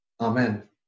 Amen